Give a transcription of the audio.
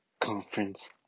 Conference